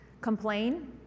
Complain